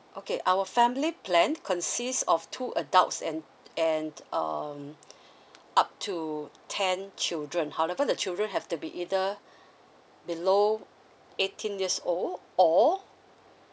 okay our family plan consist of two adults and and um up to ten children however the children have to be either below eighteen years old or